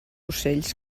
ocells